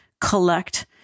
collect